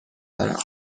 دارم